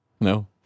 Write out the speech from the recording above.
No